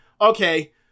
okay